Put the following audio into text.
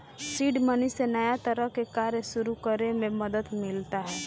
seed money से नया तरह के कार्य सुरू करे में मदद मिलता